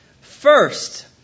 First